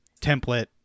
template